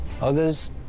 Others